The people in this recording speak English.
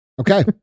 Okay